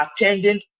attending